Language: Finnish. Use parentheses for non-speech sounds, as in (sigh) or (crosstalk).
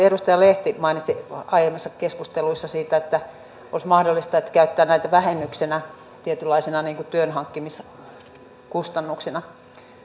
(unintelligible) edustaja lehti mainitsi aiemmissa keskusteluissa siitä että olisi mahdollista käyttää näitä vähennyksinä tietynlaisina työnhankkimiskustannuksina